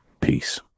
Peace